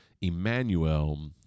Emmanuel